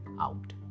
out